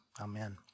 amen